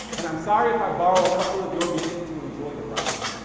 and i'm sorry, if i borrow a couple of your minutes to enjoy the ride.